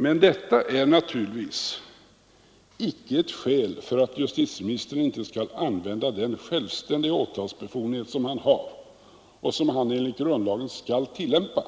Men detta är naturligtvis icke ett skäl för att justitieministern inte skall använda den självständiga åtalsbefogenhet som han har och som han enligt grundlagen skall tillämpa